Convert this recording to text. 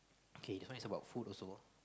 K this one is about food also